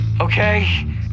okay